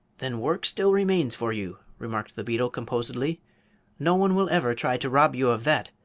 then work still remains for you, remarked the beetle, composedly no one will ever try to rob you of that,